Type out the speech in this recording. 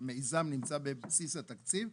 המיזם נמצא בבסיס התקציב.